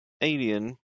alien